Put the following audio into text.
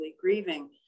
grieving